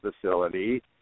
facility